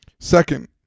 Second